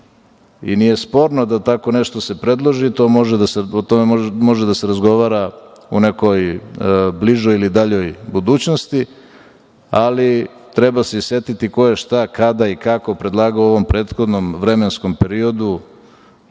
i nije sporno da tako nešto se predloži. O tome može da se razgovara u nekoj bližoj ili daljoj budućnosti, ali treba se i setiti ko je šta, kada i kako predlagao u ovom prethodnom vremenskom periodu